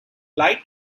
light